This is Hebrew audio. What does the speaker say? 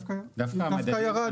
דווקא המדד ירד.